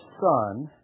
son